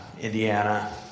Indiana